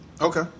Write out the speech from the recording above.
Okay